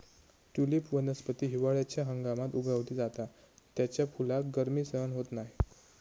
tulip वनस्पती हिवाळ्याच्या हंगामात उगवली जाता त्याच्या फुलाक गर्मी सहन होत नाय